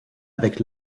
avec